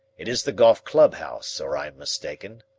it is the golf clubhouse, or i am mistaken.